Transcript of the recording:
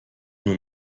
nur